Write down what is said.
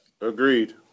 Agreed